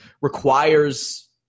requires